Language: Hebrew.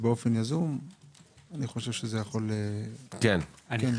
באופן יזום אני חושב שזה יכול לתת פתרון.